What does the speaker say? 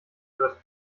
wird